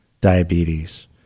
diabetes